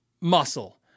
muscle